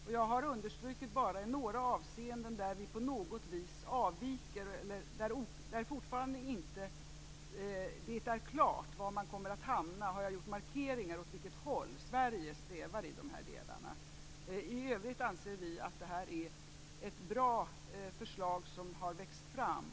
Jag har bara understrukit i några avseenden där vi på något vis avviker, och i de delar där det fortfarande inte är klart var man kommer att hamna har jag markerat åt vilket håll Sverige strävar. I övrigt anser vi att det är ett bra förslag som har växt fram.